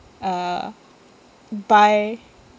uh buy